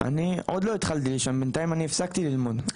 אני עוד לא התחלתי שם, בינתיים אני הפסקתי ללמוד.